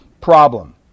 problem